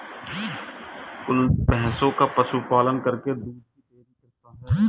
कुलदीप भैंसों का पशु पालन करके दूध की डेयरी करता है